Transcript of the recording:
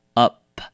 up